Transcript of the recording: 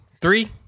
Three